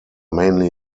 mainly